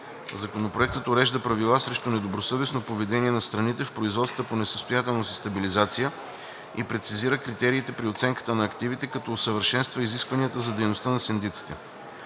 Законопроектът урежда правила срещу недобросъвестно поведение на страните в производствата по несъстоятелност и стабилизация и прецизира критериите при оценката на активите, като усъвършенства изискванията за дейността на синдиците.